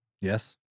Yes